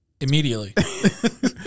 Immediately